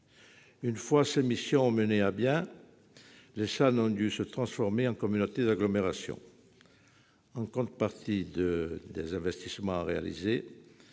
Une fois ces missions menées à bien, les SAN ont dû se transformer en communautés d'agglomération. En contrepartie des investissements à réaliser,